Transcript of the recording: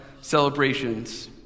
celebrations